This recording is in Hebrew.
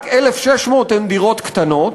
רק 1,600 הן דירות קטנות,